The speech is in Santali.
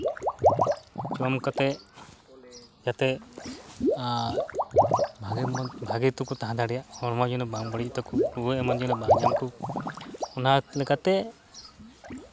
ᱡᱚᱢ ᱠᱟᱛᱮ ᱡᱟᱛᱮ ᱵᱷᱟᱜᱮ ᱢᱚᱱ ᱵᱷᱟᱜᱮ ᱚᱠᱚᱡ ᱛᱮᱠᱚ ᱛᱟᱦᱮᱸ ᱫᱟᱲᱮᱭᱟᱜ ᱦᱚᱲᱢᱚ ᱡᱮᱱᱚ ᱵᱟᱝ ᱵᱟᱹᱲᱤᱡᱚᱜ ᱛᱟᱠᱚ ᱨᱩᱣᱟᱹ ᱮᱢᱟᱱ ᱡᱮᱱᱚ ᱵᱟᱝ ᱧᱟᱢ ᱠᱚ ᱚᱱᱟ ᱞᱮᱠᱟᱛᱮ